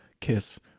kiss